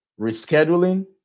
rescheduling